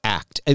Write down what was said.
act